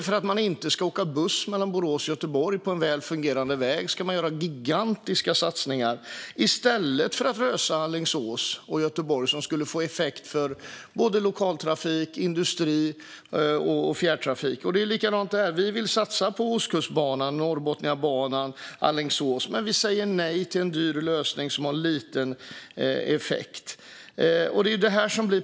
För att vi inte ska åka buss mellan Borås och Göteborg, på en välfungerande väg, ska det göras gigantiska satsningar i stället för att lösa sträckan mellan Alingsås och Göteborg, vilket skulle få effekt för såväl lokaltrafik som industri och fjärrtrafik. Det är likadant där. Vi vill satsa på Ostkustbanan, Norrbotniabanan och Alingsås, men vi säger nej till en dyr lösning som får liten effekt.